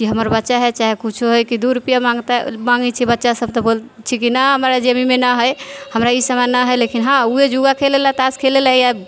कि हमर बच्चा हइ चाहे कुछो हइ कि दू रुपैआ माँगते माँगै छै बच्चासब तऽ बोलै छै कि नहि हमरा जेबीमे नहि हइ हमरा ई समान नहि हइ लेकिन हँ वएह जुआ खेलैलए ताश खेलैलए या